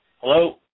Hello